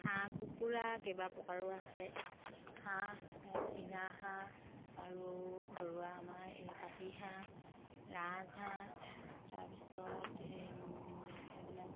হাঁহ কুকুৰা কেইবা প্ৰকাৰো আছে হাঁহ চীনাহাঁহ আৰু ঘৰুৱা আমাৰ পাতিহাঁহ ৰাজহাঁহ তাৰপিছত এইবিলাক